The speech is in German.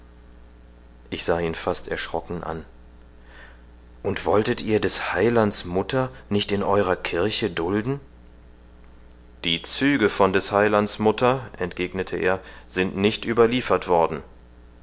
ich sah ihn fast erschrocken an und wolltet ihr des heilands mutter nicht in euerer kirche dulden die züge von des heilands mutter entgegnete er sind nicht überliefert worden